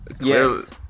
yes